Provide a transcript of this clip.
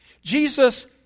Jesus